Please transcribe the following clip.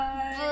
Bye